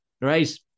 Right